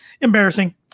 embarrassing